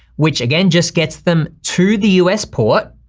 which again just gets them to the us port.